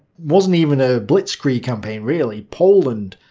wasn't even a blitzkrieg campaign really, poland